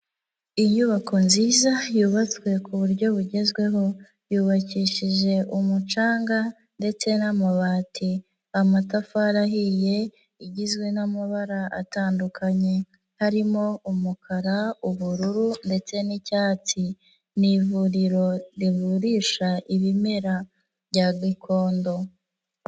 Inyubako nziza yubatswe ku buryo bugezweho, yubakishije umucanga ndetse n'amabati, amatafari ahiye igizwe n'amabara atandukanye harimo umukara, ubururu ndetse n'icyatsi, ni ivuriro rivurisha ibimera bya gakondo.